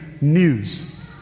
news